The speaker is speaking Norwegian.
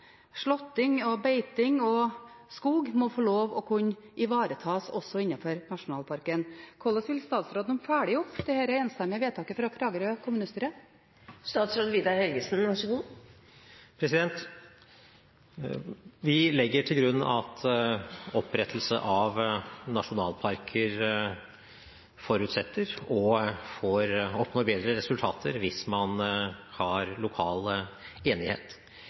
beiting og skog må få lov til å kunne ivaretas også innenfor nasjonalparken. Hvordan vil statsråden følge opp dette enstemmige vedtaket fra Kragerø kommunestyre? Vi legger til grunn at opprettelse av nasjonalparker forutsetter og oppnår bedre resultater hvis man har lokal enighet.